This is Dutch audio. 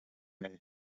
mij